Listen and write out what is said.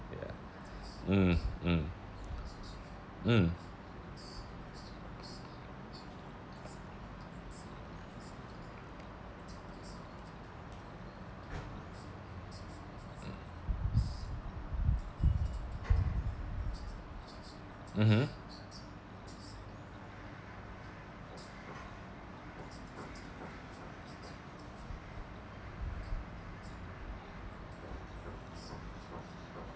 ya mm mm mm mmhmm